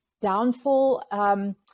downfall